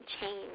change